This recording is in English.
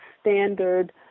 standard